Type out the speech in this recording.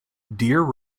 deer